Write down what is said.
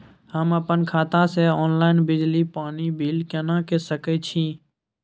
हम अपन खाता से ऑनलाइन बिजली पानी बिल केना के सकै छी?